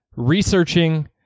Researching